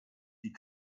die